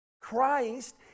Christ